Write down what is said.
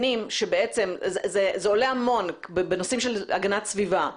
זה עולה הרבה בנושאים של הגנת סביבה.